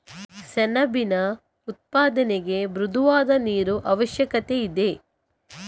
ಸೆಣಬಿನ ಉತ್ಪಾದನೆಗೆ ಮೃದುವಾದ ನೀರು ಅವಶ್ಯಕತೆಯಿದೆ